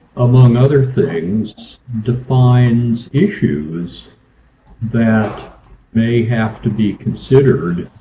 among other things, defines issues that may have to be considered.